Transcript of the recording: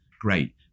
Great